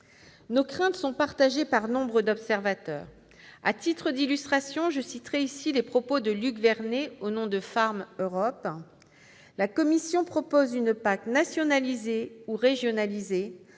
Nos craintes sont partagées par nombre d'observateurs. À titre d'illustration, je citerai ici les propos de Luc Vernet au nom de :« La Commission propose une PAC nationalisée ou régionalisée,